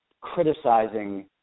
criticizing